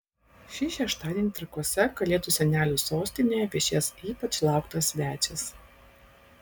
šį šeštadienį trakuose kalėdų senelių sostinėje viešės ypač lauktas svečias